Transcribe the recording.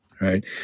right